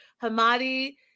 Hamadi